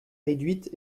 réduite